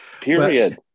period